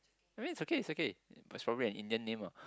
I mean it's okay it's okay it's probably an Indian name lah